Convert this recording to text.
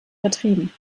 vertrieben